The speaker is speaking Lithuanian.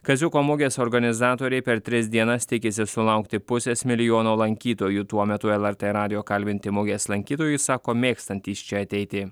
kaziuko mugės organizatoriai per tris dienas tikisi sulaukti pusės milijono lankytojų tuo metu lrt radijo kalbinti mugės lankytojai sako mėgstantys čia ateiti